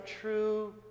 true